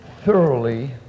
thoroughly